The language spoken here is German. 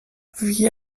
wie